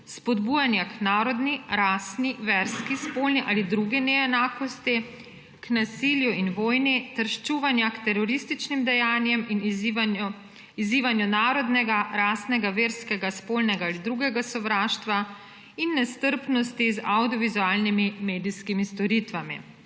spodbujanja k narodni, rasni, verski, spolni ali drugi neenakosti, k nasilju in vojni ter ščuvanja k terorističnim dejanjem in izzivanju narodnega, rasnega, verskega, spolnega ali drugega sovraštva in nestrpnosti z avdiovizualnimi medijskimi storitvami.